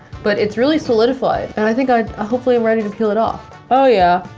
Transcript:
but it's really solidified, and i think i hopefully i'm ready to peel it off oh, yeah,